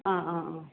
অঁ অঁ অঁ